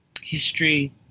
history